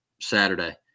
Saturday